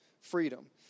freedom